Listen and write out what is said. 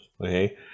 Okay